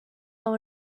will